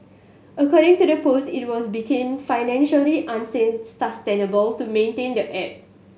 according to the post it was become financially to maintain the app